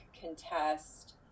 contest